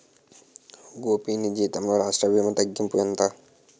గోపీ నీ జీతంలో రాష్ట్ర భీమా తగ్గింపు ఎంత